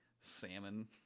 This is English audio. salmon